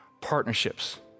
partnerships